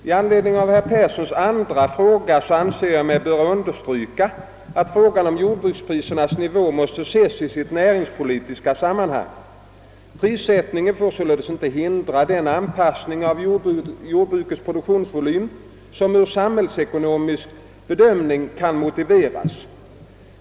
I anledning av herr Perssons andra fråga anser jag mig böra understryka, att frågan om jordbruksprisernas nivå måste ses i sitt näringspolitiska sammanhang. Prissättningen får således inte hindra den anpassning av jordbrukets produktionsvolym som en samhällsekonomisk bedömning kan motivera.